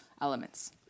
elements